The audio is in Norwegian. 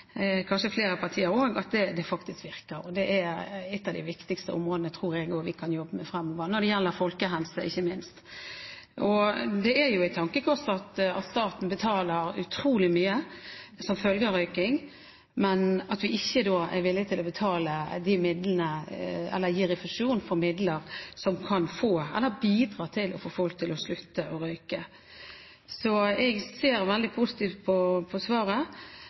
kanskje flere partier også – faktisk virker. Det er ett av de viktigste områdene, tror jeg, vi kan jobbe med fremover, når det gjelder folkehelse, ikke minst. Det er et tankekors at staten betaler utrolig mye som følge av røyking, men at vi da ikke er villige til å gi refusjon for de midlene som kan bidra til å få folk til å slutte å røyke. Jeg ser veldig positivt på svaret